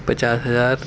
پچاس ہزار